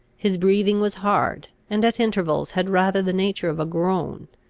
his breathing was hard, and, at intervals, had rather the nature of a groan.